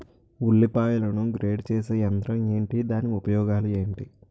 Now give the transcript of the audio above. ఉల్లిపాయలను గ్రేడ్ చేసే యంత్రం ఏంటి? దాని ఉపయోగాలు ఏంటి?